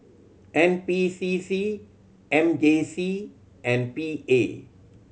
N P C C M J C and P A